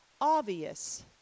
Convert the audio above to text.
obvious